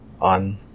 on